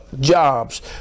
jobs